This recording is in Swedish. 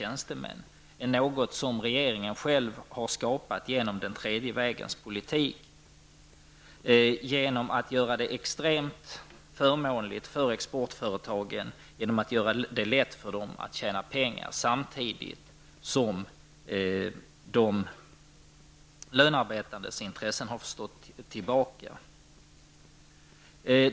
är något som regeringen själv har skapat genom den tredje vägens politik och genom att göra det extremt förmånligt för exportföretagen och lätt för dessa att tjäna pengar, samtidigt som de lönearbetandes intressen har fått stå tillbaka.